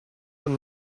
from